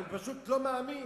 אני פשוט לא מאמין